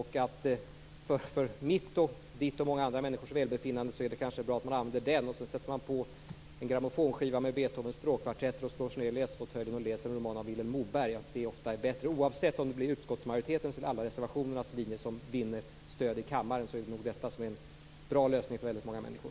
För mitt, Catarina Rönnungs och många andra människors välbefinnande är det kanske bra att man använder den. Sedan sätter man på en grammofonskiva med Beethovens stråkkvartetter, slår sig ned i läsfåtöljen och läser en roman av Vilhelm Moberg. Det är ofta bättre. Oavsett om det blir utskottsmajoritetens eller alla reservationernas linje som vinner stöd i kammaren är nog detta en bra lösning för väldigt många människor.